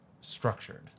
structured